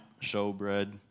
showbread